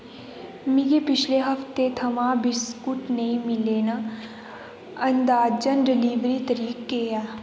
मिगी पिछले हफ्ते थमां बिस्कुट नेईं मिले न अंदाजन डलीवरी तरीक केह् ऐ